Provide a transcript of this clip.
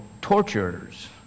torturers